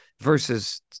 versus